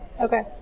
Okay